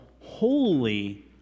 holy